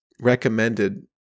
recommended